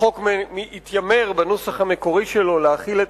החוק התיימר בנוסח המקורי שלו להחיל את